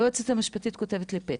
היועצת המשפטית כותבת לי פתק,